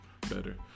better